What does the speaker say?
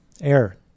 air